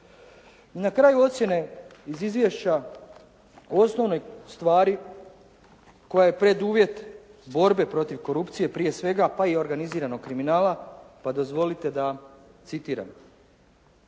Na kraju ocijene iz izvješća o osnovnoj stvari koja je preduvjet borbe protiv korupcije prije svega, pa i organiziranog kriminala, pa dozvolite da vam citiram.